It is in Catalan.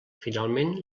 finalment